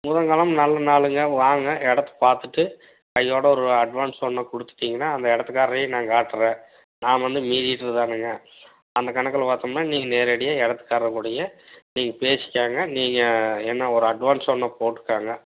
புதன் கிழம நல்ல நாளுங்க வாங்க இடத்தப் பார்த்துட்டு கையோடு ஒரு அட்வான்ஸ் ஒன்று கொடுத்திட்டீங்கன்னா அந்த இடத்துக்கார்ரையும் நான் காட்டுறேன் நான் வந்து மீடியேட்ரு தானுங்க அந்தக் கணக்கில் பாத்தோம்னா நீங்கள் நேரடியாக இடத்துக்கார்ரு கூடயே நீங்கள் பேசிக்கோங்க நீங்கள் என்ன ஒரு அட்வான்ஸ் ஒன்று போட்டுக்கோங்க